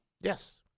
Yes